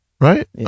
Right